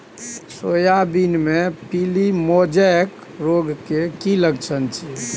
Soybean मे पीली mosaic रोग के की लक्षण छीये?